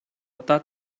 удаа